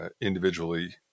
individually